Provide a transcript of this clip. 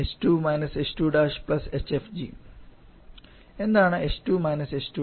h2 − h2 hfg|TC എന്താണ് h2 − h2